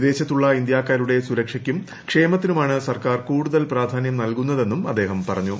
വിദേശത്തുള്ള ഇന്ത്യക്കാരുള്ട് സ്ട്ര്ക്ഷയ്ക്കും ക്ഷേമത്തിനുമാണ് സർക്കാർ കൂടുതൽ പ്രധാന്ദ്യുർ നിൽകുന്നതെന്നും അദ്ദേഹം പറഞ്ഞു